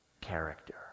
character